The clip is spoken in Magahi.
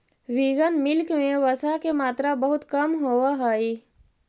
विगन मिल्क में वसा के मात्रा बहुत कम होवऽ हइ